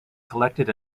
collected